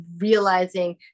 realizing